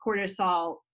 cortisol